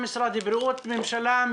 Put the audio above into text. משרד הבריאות זה ממשלה,